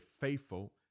faithful